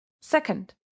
Second